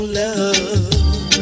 love